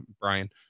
Brian